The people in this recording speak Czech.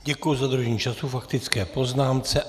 Děkuji za dodržení času k faktické poznámce.